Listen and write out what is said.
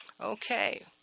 Okay